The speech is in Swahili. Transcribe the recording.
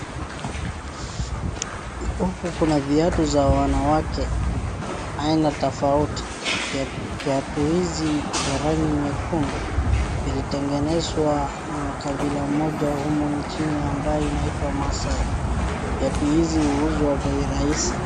Huku kuna viatu za wanawake aina tofauti, viatu za rangi nyekundu zimetengenezwa na kabila moja humu nchini ambayo inaitwa maasai. Viatu hizi huuzwa bei rahisi.